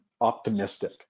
optimistic